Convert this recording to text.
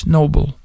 Noble